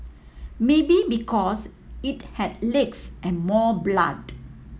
maybe because it had legs and more blood